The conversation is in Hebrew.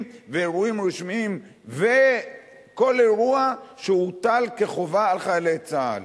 ואירועים רשמיים וכל אירוע שהוטל כחובה על חיילי צה"ל.